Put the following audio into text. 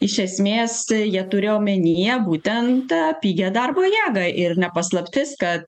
iš esmės jie turi omenyje būtent ta pigią darbo jėgą ir ne paslaptis kad